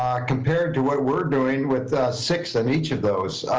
ah compared to what we're doing with six in each of those,